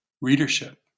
readership